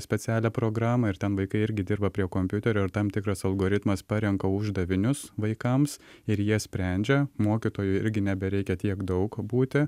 specialią programą ir ten vaikai irgi dirba prie kompiuterio ir tam tikras algoritmas parenka uždavinius vaikams ir jie sprendžia mokytojui irgi nebereikia tiek daug būti